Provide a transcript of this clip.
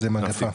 זה מגפה.